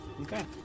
Okay